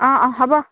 অঁ অঁ হ'ব